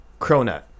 Cronut